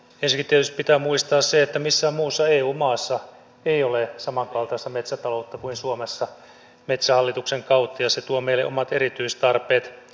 ensinnäkin tietysti pitää muistaa se että missään muussa eu maassa ei ole samankaltaista metsätaloutta kuin suomessa metsähallituksen kautta ja se tuo meille omat erityistarpeet